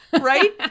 Right